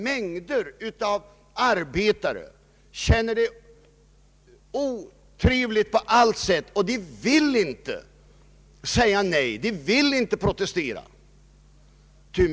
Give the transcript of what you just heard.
Mängder av arbetare känner det otrevligt på allt sätt, men de vill inte säga nej, de vill inte protestera.